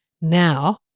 Now